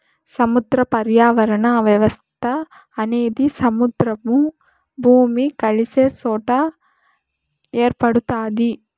సముద్ర పర్యావరణ వ్యవస్థ అనేది సముద్రము, భూమి కలిసే సొట ఏర్పడుతాది